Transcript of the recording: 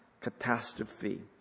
catastrophe